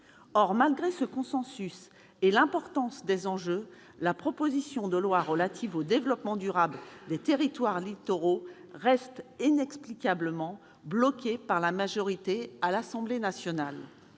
Or, malgré ce consensus et l'importance des enjeux, la proposition de loi relative au développement durable des territoires littoraux reste inexplicablement bloquée par la majorité de l'Assemblée nationale.